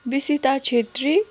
Bisita Chhetri